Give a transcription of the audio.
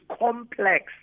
complex